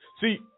see